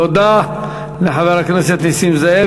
תודה לחבר הכנסת נסים זאב.